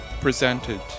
presented